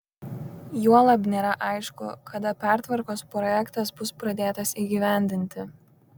juolab nėra aišku kada pertvarkos projektas bus pradėtas įgyvendinti